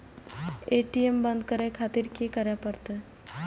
ATM बंद करें खातिर की करें परतें?